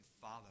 follow